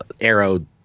Arrow